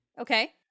Okay